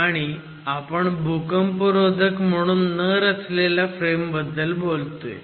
आणि आपण भूकंपरोधक म्हणून न रचलेल्या फ्रेमबद्दल बोलतोय